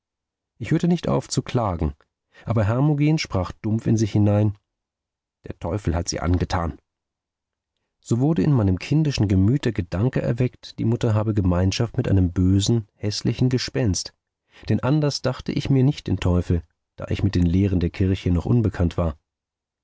ich hörte nicht auf zu klagen aber hermogen sprach dumpf in sich hinein der teufel hat's ihr angetan so wurde in meinem kindischen gemüt der gedanke erweckt die mutter habe gemeinschaft mit einem bösen häßlichen gespenst denn anders dachte ich mir nicht den teufel da ich mit den lehren der kirche noch unbekannt war